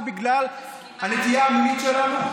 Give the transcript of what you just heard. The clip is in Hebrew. רק בגלל הנטייה המינית שלנו.